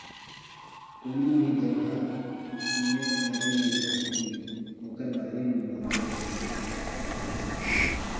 कोनो भी जघा निवेश करे ले पहिली ओखर बारे म बरोबर मनखे ह जान लेवय